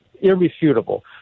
irrefutable